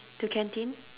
to canteen